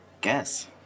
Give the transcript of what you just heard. Guess